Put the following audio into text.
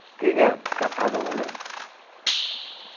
ᱤᱧᱟᱹᱜ ᱠᱟᱛᱷᱟ ᱫᱚ ᱵᱚᱞᱮ